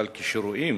אבל כשרואים